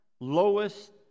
lowest